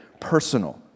personal